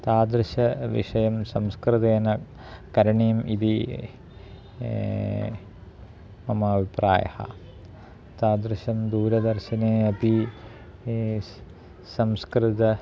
तादृशविषयं संस्कृतेन करणीयम् इति मम अभिप्रायः तादृशं दूरदर्शने अपि संस्कृतं